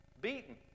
beaten